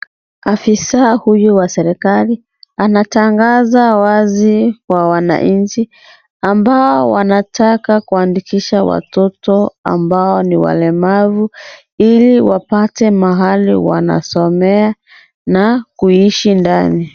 Afisa huyu wa serikali anatangaza wazi kwa wananchi ambao wanataka kuandikisha watoto ambao ni walemavu , ili wapate mahali wanasomea na kuishi ndani.